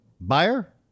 Buyer